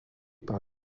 par